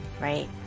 right